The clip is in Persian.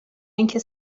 اینکه